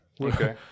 Okay